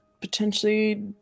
potentially